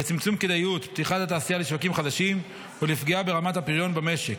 לצמצום כדאיות פתיחת התעשייה לשווקים חדשים ולפגיעה ברמת הפריון במשק.